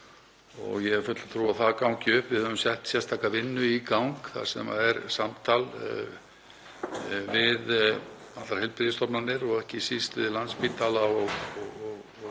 og ég hef fulla trú á að það gangi upp. Við höfum sett sérstaka vinnu í gang þar sem er samtal við allar heilbrigðisstofnanir og ekki síst við Landspítala og